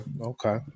okay